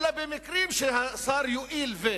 אלא במקרים שהשר יואיל.